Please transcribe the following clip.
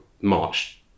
march